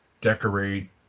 decorate